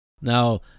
Now